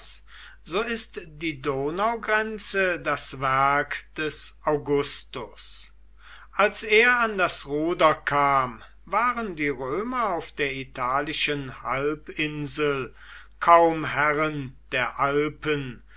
so ist die donaugrenze das werk des augustus als er an das ruder kam waren die römer auf der italischen halbinsel kaum herren der alpen